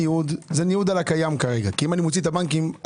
זה ניוד על הקיים כי אם אני מוציא את הבנקים,